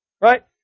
Right